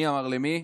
מי אמר למי?